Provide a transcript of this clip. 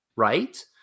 Right